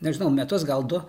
nežinau metus gal du